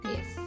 Yes